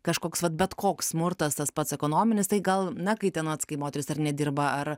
kažkoks vat bet koks smurtas tas pats ekonominis tai gal na kai ten kai moteris ar nedirba ar